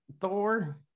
Thor